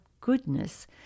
goodness